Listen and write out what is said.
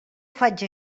faig